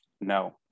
no